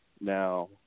Now